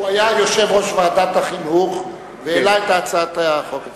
הוא היה יושב-ראש ועדת החינוך והעלה את הצעת החוק הזאת.